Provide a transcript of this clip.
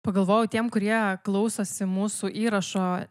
pagalvojau tiem kurie klausosi mūsų įrašo